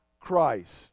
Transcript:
Christ